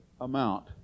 amount